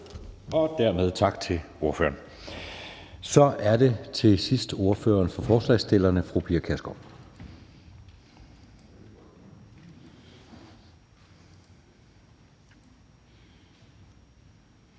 Dermed tak til ordføreren. Så er det til sidst ordføreren for forslagsstillerne, fru Pia